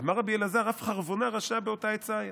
אמר רבי אלעזר אף חרבונה רשע באותה עצה היה"